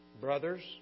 brothers